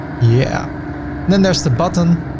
yeah then there's the button,